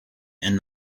and